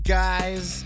guys